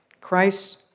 Christ